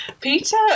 Peter